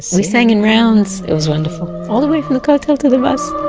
we sang in rounds. it was wonderful. all the way from the kotel to the bus